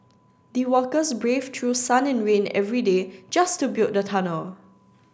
the workers braved through sun and rain every day just to build the tunnel